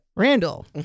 Randall